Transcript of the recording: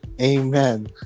amen